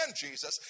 Jesus